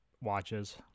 watches